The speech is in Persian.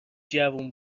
جوون